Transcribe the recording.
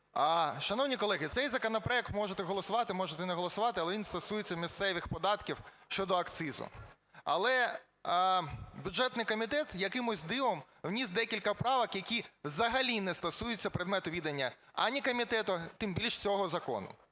Шановні колеги, цей законопроект можете голосувати, можете не голосувати, але він стосується місцевих податків щодо акцизу. Але бюджетний комітет якимось дивом вніс декілька правок, які взагалі не стосуються предмету відання ані комітету, тим більше – цього закону.